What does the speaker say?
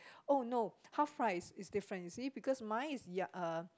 oh no half price is different you see because mine is ya uh